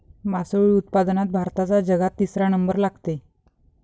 मासोळी उत्पादनात भारताचा जगात तिसरा नंबर लागते